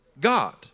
God